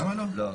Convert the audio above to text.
למה לא?